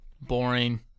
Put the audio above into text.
Boring